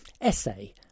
essay